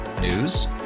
News